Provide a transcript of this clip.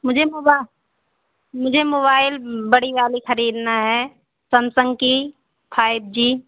मुसे मोबाई मुझे मोबाइल बड़ी वाली खरीदना है सैमसंग की फाइब जी